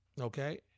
Okay